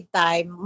time